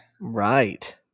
right